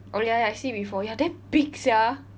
oh ya ya I see before ya damn big sia